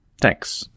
Thanks